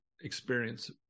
experience